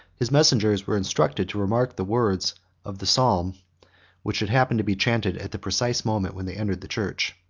his messengers were instructed to remark the words of the psalm which should happen to be chanted at the precise moment when they entered the church.